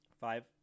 Five